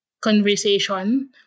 conversation